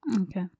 Okay